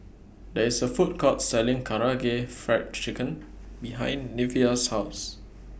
There IS A Food Court Selling Karaage Fried Chicken behind Neveah's House